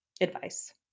advice